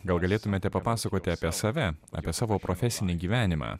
gal galėtumėte papasakoti apie save apie savo profesinį gyvenimą